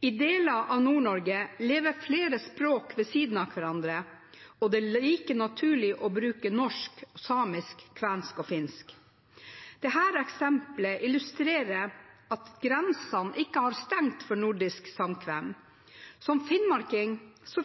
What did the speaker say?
I deler av Nord-Norge lever flere språk ved siden av hverandre, og det er like naturlig å bruke norsk, samisk, kvensk og finsk. Dette eksempelet illustrerer at grensene ikke har stengt for nordisk samkvem. Som finnmarking